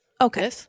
Okay